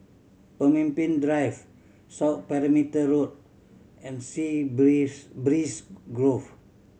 Pemimpin Drive South Perimeter Road and Sea Breeze Breeze Grove